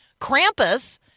Krampus